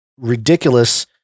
ridiculous